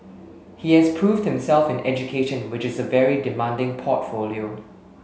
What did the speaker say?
he has proved himself in education which is a very demanding portfolio